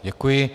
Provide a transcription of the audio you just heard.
Děkuji.